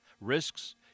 risks